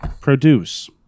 Produce